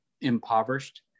impoverished